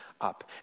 up